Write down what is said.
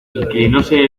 inclinóse